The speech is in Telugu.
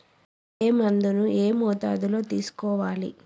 ఏ మందును ఏ మోతాదులో తీసుకోవాలి?